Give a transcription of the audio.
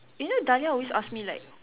you know Dahlia always ask me like